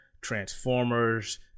Transformers